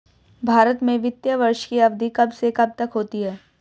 भारत में वित्तीय वर्ष की अवधि कब से कब तक होती है?